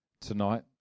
tonight